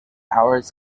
hours